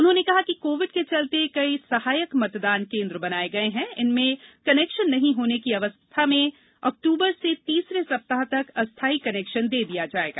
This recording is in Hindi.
उन्होंने कहा कि कोविड के चलते कई सहायक मतदान केंद्र बनाए गए है इनमें कनेक्शन नहीं होने की अवस्था में अक्टूबर के तीसरे सप्ताह तक अस्थाई कनेक्शन दे दिया जाएगा